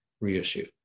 reissue